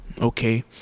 okay